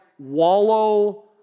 wallow